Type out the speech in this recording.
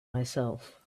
myself